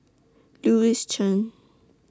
Louis Chen